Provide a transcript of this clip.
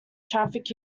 traffic